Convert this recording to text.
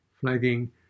flagging